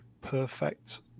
perfect